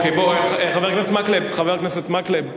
חבר הכנסת מקלב,